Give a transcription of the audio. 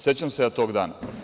Sećam se ja tog dana.